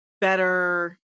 better